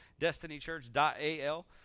destinychurch.al